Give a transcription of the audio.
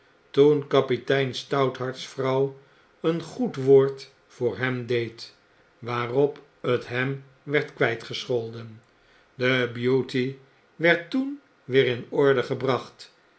toen kapitein stouthart's vrouw een goed woord voor hem deed waarop het hem werd kwjjtgescholden de beauty werd toen weerinorde gebracht